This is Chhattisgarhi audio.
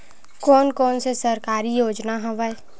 कोन कोन से सरकारी योजना हवय?